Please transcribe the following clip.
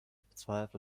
bezweifle